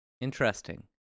Interesting